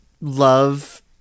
love